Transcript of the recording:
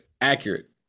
Accurate